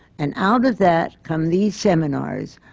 and out of that come these seminars,